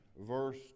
Verse